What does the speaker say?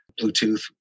Bluetooth